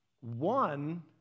One